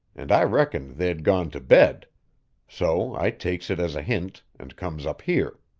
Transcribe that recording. and i reckoned they'd gone to bed so i takes it as a hint and comes up here.